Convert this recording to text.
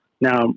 now